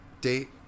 date